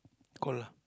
call ah